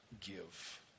give